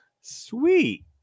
Sweet